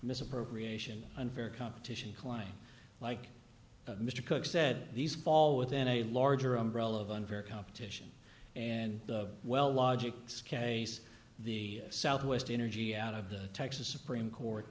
misappropriation unfair competition colline like mr cooke said these fall within a larger umbrella of unfair competition and well logics case the southwest energy out of the texas supreme court